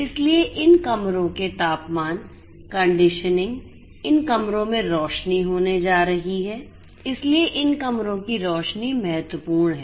इसलिए इन कमरों के तापमान कंडीशनिंग इन कमरों में रोशनी होने जा रही है इसलिए इन कमरों की रोशनी महत्वपूर्ण है